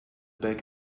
back